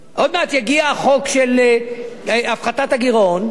עוד מעט יגיע החוק של הפחתת הגירעון,